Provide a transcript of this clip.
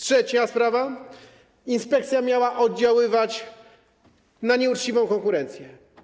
Trzecia sprawa: inspekcja miała oddziaływać na nieuczciwą konkurencję.